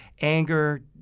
anger